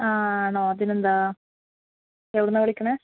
ആ ആണോ അതിനെന്താണ് എവിടെനിന്നാണ് വിളിക്കുന്നത്